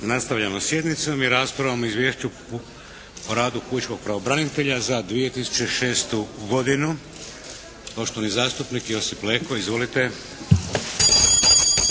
Nastavljamo sjednicom i raspravom o Izvješću o radu pučkog pravobranitelja za 2006. godinu. Poštovani zastupnik Josip Leko. Izvolite. **Leko,